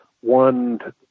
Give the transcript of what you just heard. one